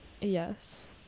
Yes